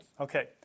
Okay